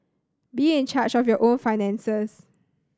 be in charge of your own finances